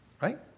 right